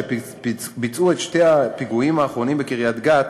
שביצעו את שני הפיגועים האחרונים בקריית-גת